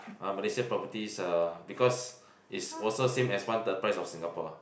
ah Malaysia properties uh because is also same as one third price of Singapore